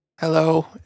hello